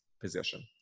position